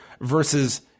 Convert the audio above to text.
versus